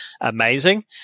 amazing